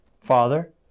Father